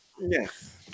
Yes